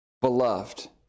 beloved